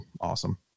awesome